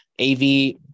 AV